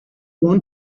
want